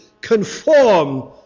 conform